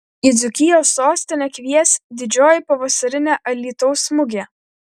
į dzūkijos sostinę kvies didžioji pavasarinė alytaus mugė